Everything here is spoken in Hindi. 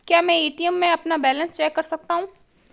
क्या मैं ए.टी.एम में अपना बैलेंस चेक कर सकता हूँ?